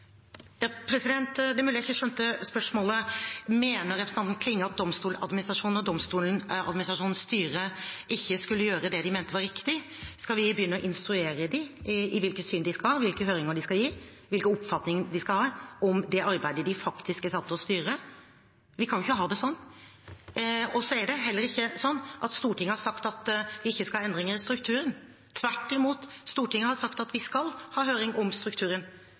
Det er mulig at jeg ikke skjønte spørsmålet. Mener representanten Klinge at Domstoladministrasjonen og Domstoladministrasjonens styre ikke skulle gjøre det de mente var riktig? Skal vi begynne å instruere dem i hvilket syn de skal ha, hvilke høringer de skal gi, hvilke oppfatninger de skal ha om det arbeidet de faktisk er satt til å styre? Vi kan jo ikke ha det sånn. Så er det heller ikke sånn at Stortinget har sagt at vi ikke skal ha endringer i strukturen. Tvert imot – Stortinget har sagt at vi skal ha høring om strukturen,